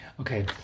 Okay